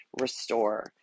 restore